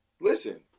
Listen